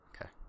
Okay